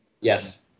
Yes